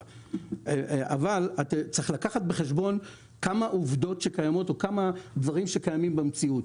אבל צריך לקחת בחשבון כמה עובדות שקיימות או כמה דברים שקיימים במציאות.